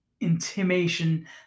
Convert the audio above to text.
intimation